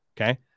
Okay